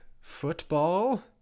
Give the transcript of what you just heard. football